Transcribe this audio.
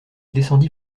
descendit